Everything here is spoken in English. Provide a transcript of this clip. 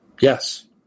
Yes